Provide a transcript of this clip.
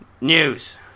News